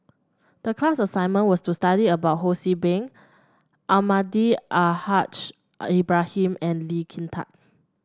the class assignment was to study about Ho See Beng Almahdi Al Haj Ibrahim and Lee Kin Tat